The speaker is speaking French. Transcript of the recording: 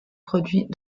produits